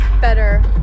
better